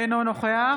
אינו נוכח